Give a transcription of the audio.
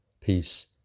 peace